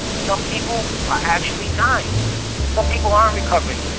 some people are actually dying. some people aren't recovering.